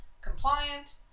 compliant